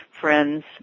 friends